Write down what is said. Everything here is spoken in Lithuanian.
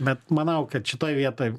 bet manau kad šitoj vietoj